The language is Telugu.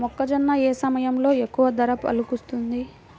మొక్కజొన్న ఏ సమయంలో ఎక్కువ ధర పలుకుతుంది?